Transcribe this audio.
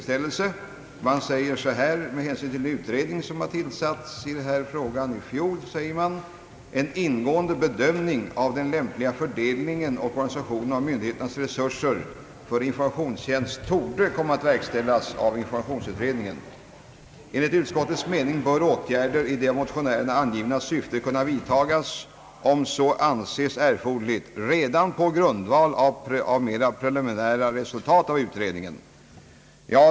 Utskottet skriver att med hänsyn till den utredning som har tillsatts i denna fråga i fjol torde en ingående bedömning av den lämpliga fördelningen och organisationen av myndigheternas resurser för informationstjänst komma att verkställas av informationsutredningen. Enligt utskottets mening bör åtgärder i det av motionärerna angivna syftet kunna vidtagas — om så anses erforderligt — redan på grundval av mer preliminära resultat från utredningen.